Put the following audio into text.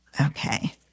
okay